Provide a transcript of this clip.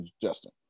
Justin